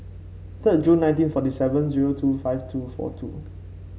third June nineteen forty even zero two five two four two